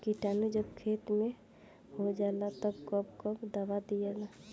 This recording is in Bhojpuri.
किटानु जब खेत मे होजाला तब कब कब दावा दिया?